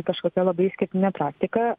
kažkokia labai išskirtinė praktika